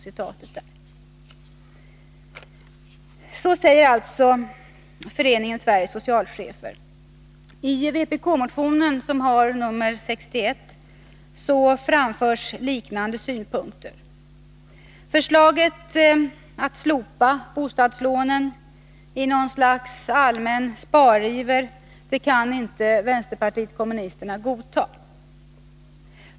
I den aktuella vpk-motionen, som har nr 61, framförs liknande synpunkter. Förslaget att slopa bosättningslånen i något slags allmän spariver kan vänsterpartiet kommunisterna inte godta.